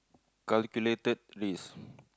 calculated risk